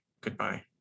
Goodbye